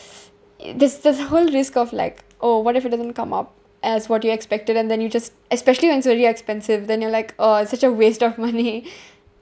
there's there's whole risk of like oh what if it doesn't come up as what you expected and then you just especially when it's really expensive then you're like oh it's such a waste of money